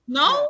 no